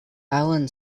allen